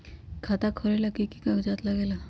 खाता खोलेला कि कि कागज़ात लगेला?